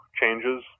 changes